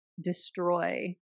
destroy